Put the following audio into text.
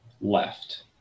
left